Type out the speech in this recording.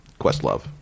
Questlove